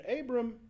Abram